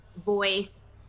voice